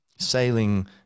sailing